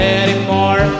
anymore